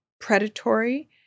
predatory